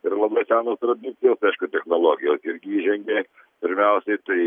ir labai senos tradicijos aš technologijos irgi įžengė pirmiausiai tai